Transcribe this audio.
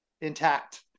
intact